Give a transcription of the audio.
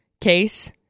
case